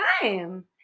time